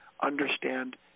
understand